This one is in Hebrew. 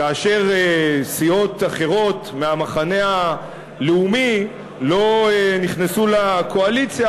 כאשר סיעות אחרות מהמחנה הלאומי לא נכנסו לקואליציה,